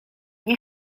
nie